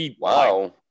Wow